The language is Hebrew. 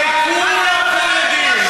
כולם פה יודעים,